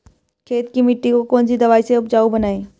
खेत की मिटी को कौन सी दवाई से उपजाऊ बनायें?